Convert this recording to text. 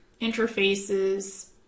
interfaces